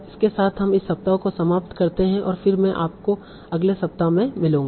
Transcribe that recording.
इसके साथ हम इस सप्ताह को समाप्त करते हैं और फिर मैं आपको अगले सप्ताह में मिलूँगा